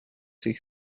c’est